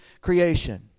creation